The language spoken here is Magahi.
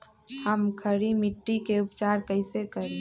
हम खड़ी मिट्टी के उपचार कईसे करी?